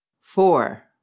Four